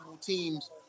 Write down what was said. teams